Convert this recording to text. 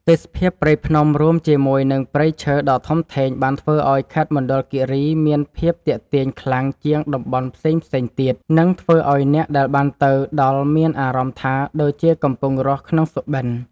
ទេសភាពព្រៃភ្នំរួមជាមួយនឹងព្រៃឈើដ៏ធំធេងបានធ្វើឱ្យខេត្តមណ្ឌលគីរីមានភាពទាក់ទាញខ្លាំងជាងតំបន់ផ្សេងៗទៀត និង ធ្វើឱ្យអ្នកដែលបានទៅដល់មានអារម្មណ៍ថាដូចជាកំពុងរស់ក្នុងសុបិន។